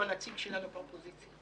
שהוא הנציג של האופוזיציה,